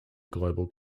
global